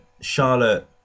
Charlotte